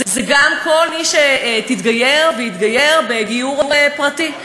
זה גם כל מי שתתגייר ויתגייר בגיור פרטי,